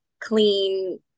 clean